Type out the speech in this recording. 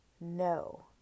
no